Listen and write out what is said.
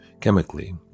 Chemically